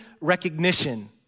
recognition